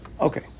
Okay